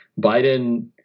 Biden